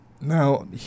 Now